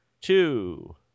two